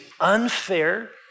unfair